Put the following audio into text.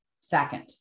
second